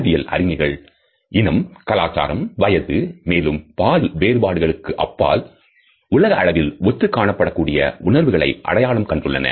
அறிவியல் அறிஞர்கள் இனம் கலாச்சாரம் வயது மேலும் பால் வேறுபாடுகளுக்கு காப்பாள் உலக அளவில் ஒத்து காணப்படக்கூடிய உணர்வுகளை அடையாளம் கண்டுள்ளனர்